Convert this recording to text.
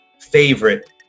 favorite